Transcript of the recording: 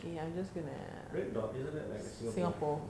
red dot isn't that like singapore